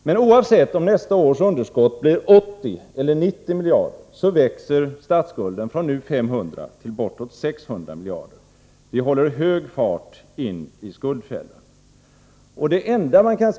Men oavsett om nästa års underskott blir 80 eller 90 miljarder växer statsskulden från nu 500 till bortåt 600 miljarder. Vi håller hög fart in i skuldfällan.